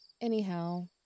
Anyhow